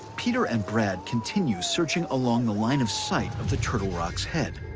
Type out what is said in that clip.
peter and brad continue searching along the line of sight of the turtle rock's head,